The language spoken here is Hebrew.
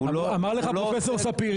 אמר לך פרופסור ספיר,